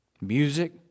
Music